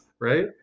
right